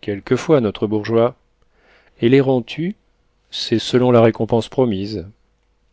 quelquefois notre bourgeois et les rends tu c'est selon la récompense promise